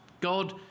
God